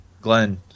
Glenn